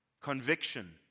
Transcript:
conviction